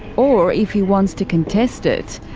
or if he wants to contest it.